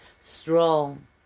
strong